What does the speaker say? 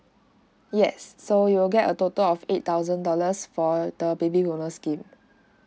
yes so you will get a total of eight thousand dollars for the baby boomer scheme